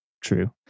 true